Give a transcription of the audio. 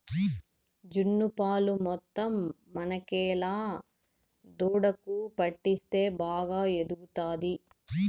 జున్ను పాలు మొత్తం మనకేలా దూడకు పట్టిస్తే బాగా ఎదుగుతాది